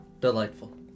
delightful